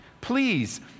Please